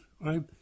right